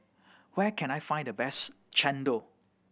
where can I find the best chendol